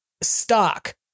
stock